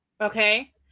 okay